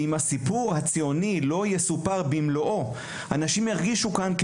אם הסיפור הציוני לא יסופר במלואו אנשים ירגישו כאן לא שייכים,